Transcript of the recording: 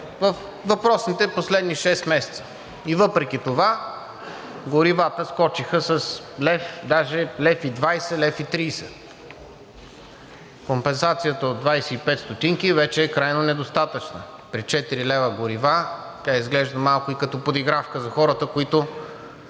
въпросните последни шест месеца и въпреки това горивата скочиха с лев, даже 1,20-1,30. Компенсацията от 25 ст. вече е крайно недостатъчна. При 4 лв. тя изглежда малко и като подигравка за хората, които